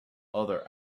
other